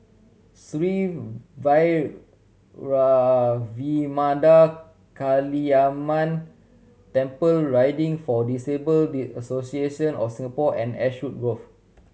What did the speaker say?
Sri Kaliamman Temple Riding for Disabled Association of Singapore and Ashwood Grove